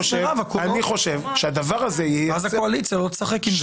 אז הקואליציה לא תשחק עם זה.